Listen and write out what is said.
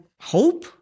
hope